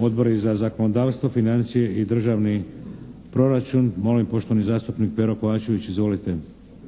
Odbori za zakonodavstvo, financije i državni proračun. Molim, poštovani zastupnik Pero Kovačević. Izvolite.